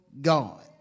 God